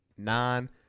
nine